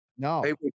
No